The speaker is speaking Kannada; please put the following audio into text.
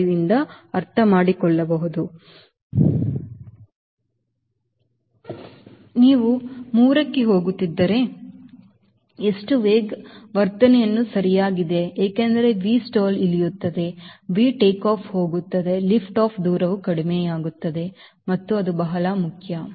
5 ರಿಂದ ಅರ್ಥಮಾಡಿಕೊಳ್ಳಬಹುದು ನೀವು 3 ಕ್ಕೆ ಹೋಗುತ್ತಿದ್ದರೆ ಎಷ್ಟು ವರ್ಧನೆಯು ಸರಿಯಾಗಿದೆ ಏಕೆಂದರೆ Vstall ಇಳಿಯುತ್ತದೆ V ಟೇಕ್ ಆಫ್ ಹೋಗುತ್ತದೆ ಲಿಫ್ಟ್ ಆಫ್ ದೂರವು ಕಡಿಮೆಯಾಗುತ್ತದೆ ಮತ್ತು ಅದು ಬಹಳ ಮುಖ್ಯ